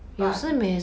but